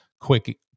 quick